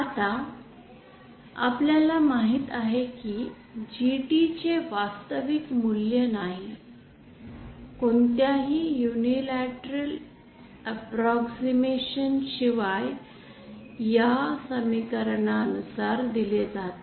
आता आपल्याला माहित आहे की GT चे वास्तविक मूल्य नाही कोणत्याही युनिलॅटरल अँप्रॉक्सिमशन शिवाय या समीकरणानुसार दिले जात